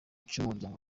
cy’umuryango